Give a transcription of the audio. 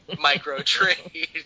micro-trade